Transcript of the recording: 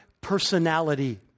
personality